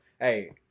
Hey